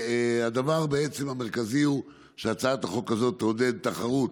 הדבר המרכזי הוא שהצעת החוק הזאת תעודד תחרות